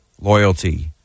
loyalty